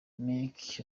meek